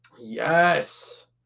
Yes